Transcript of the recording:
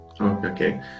okay